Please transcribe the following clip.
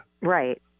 right